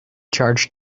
charge